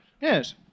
Yes